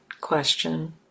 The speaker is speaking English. question